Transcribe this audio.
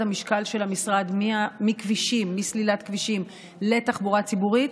המשקל של המשרד מסלילת כבישים לתחבורה ציבורית,